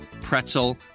pretzel